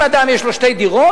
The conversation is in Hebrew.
אם לאדם יש שתי דירות,